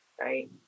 right